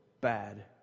bad